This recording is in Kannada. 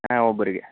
ಹಾಂ ಒಬ್ಬರಿಗೆ